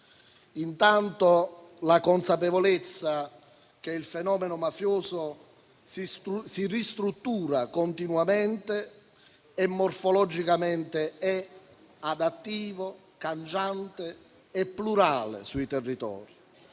intanto alla consapevolezza che il fenomeno mafioso si ristruttura continuamente ed è morfologicamente adattivo, cangiante e plurale sui territori.